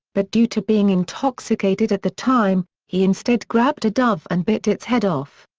but due to being intoxicated at the time, he instead grabbed a dove and bit its head off.